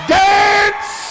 dance